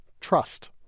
Trust